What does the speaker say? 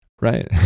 Right